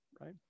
right